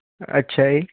ਅੱਛਾ ਜੀ